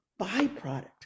byproduct